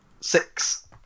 Six